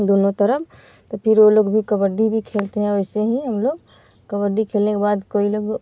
दोनो तरफ़ तो फिर ओ लोग भी कबड्डी भी खेलते हैं वैसे ही हम लोग कबड्डी खेलने के बाद कोई लोग